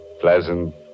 Pleasant